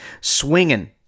swinging